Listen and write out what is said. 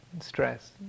stress